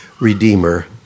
Redeemer